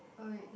oh